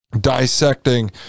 dissecting